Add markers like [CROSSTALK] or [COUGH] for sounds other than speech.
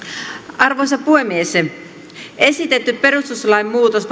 arvoisa puhemies esitetty perustuslain muutos [UNINTELLIGIBLE]